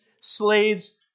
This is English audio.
slaves